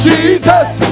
Jesus